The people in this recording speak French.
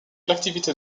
l’activité